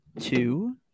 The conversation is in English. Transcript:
two